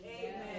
Amen